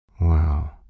Wow